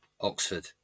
Oxford